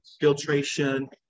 filtration